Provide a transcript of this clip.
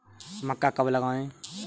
मक्का कब लगाएँ?